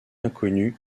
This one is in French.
inconnue